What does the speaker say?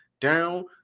down